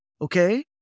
Okay